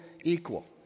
equal